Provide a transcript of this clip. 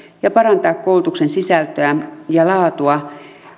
ja parantaa koulutuksen sisältöä ja laatua